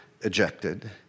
ejected